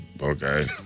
okay